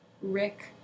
Rick